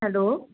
hello